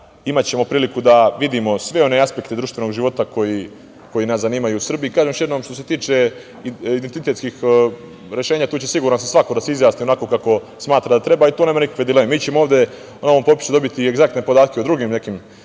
Imaćemo priliku da vidimo sve one aspekte društvenog života koji nas zanimaju u Srbiji. Što se tiče identitetskih rešenja tu će, siguran sam, svako da se izjasni onako kako smatra da treba i tu nema nikakve dileme. Mi ćemo ovde na ovom popisu dobiti egzaktne podatke o drugim nekim